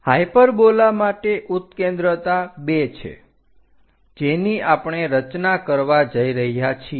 hyperbola માટે ઉત્કેન્દ્રતા 2 છે જેની આપણે રચના કરવા જઈ રહ્યા છીએ